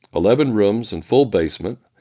eleven rooms and full basement,